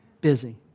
busy